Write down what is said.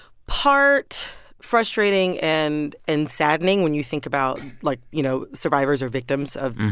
part frustrating and and saddening when you think about, like, you know, survivors or victims of,